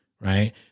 Right